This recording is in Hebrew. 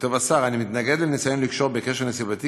כותב השר: אני מתנגד לקשור בקשר נסיבתי